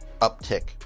uptick